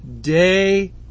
day